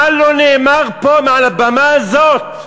מה לא נאמר פה, מעל הבמה הזאת?